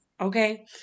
Okay